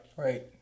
Right